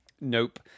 nope